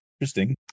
interesting